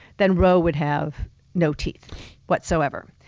then roe would have no teeth whatsoever.